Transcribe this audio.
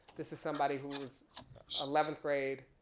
this is somebody who's eleventh grade,